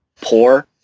poor